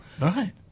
Right